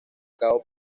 cabo